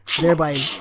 thereby